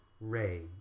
Ray